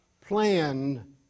plan